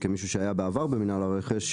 כמישהו שהיה בעבר במינהל הרכש,